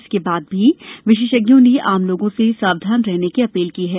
इसके बाद भी विशेषज्ञों ने आम लोगों से सावधान रहने की अपील की है